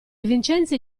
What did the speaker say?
vincenzi